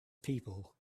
people